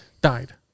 died